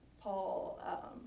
Paul